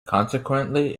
consequently